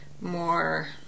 more